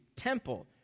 temple